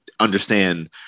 understand